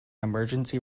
emergency